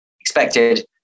expected